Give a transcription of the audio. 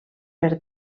per